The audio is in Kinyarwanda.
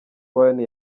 warren